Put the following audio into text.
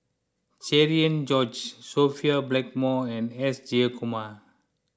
Cherian George Sophia Blackmore and S Jayakumar